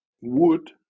wood